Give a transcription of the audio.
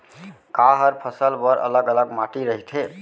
का हर फसल बर अलग अलग माटी रहिथे?